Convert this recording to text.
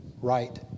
right